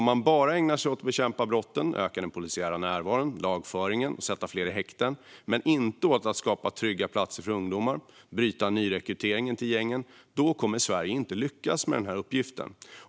Om man bara ägnar sig åt att bekämpa brotten, öka den polisiära närvaron och lagföringen och sätta fler i häkte men inte åt att skapa trygga platser för ungdomar och bryta nyrekryteringen till gängen kommer Sverige inte att lyckas med denna uppgift.